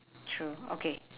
true okay